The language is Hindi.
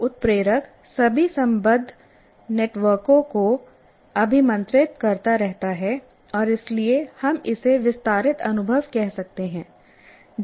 एक उत्प्रेरक सभी संबद्ध नेटवर्कों को अभिमंत्रित करता रहता है और इसीलिए हम इसे विस्तारित अनुभव कह सकते हैं